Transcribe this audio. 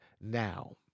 now